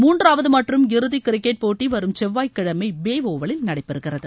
மூன்றாவது மற்றும் இறுதி கிரிக்கெட் போட்டி வரும் செவ்வாய்க்கிழமை பே ஒவலில் நடைபெறுகிறது